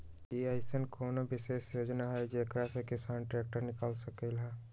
कि अईसन कोनो विशेष योजना हई जेकरा से किसान ट्रैक्टर निकाल सकलई ह?